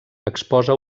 exposa